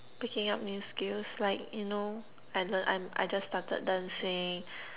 picking up new skills like you know I learn I I just started dancing